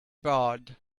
barred